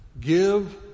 Give